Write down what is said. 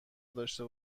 داشته